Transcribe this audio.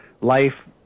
life